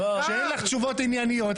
כשאין לך תשובות ענייניות,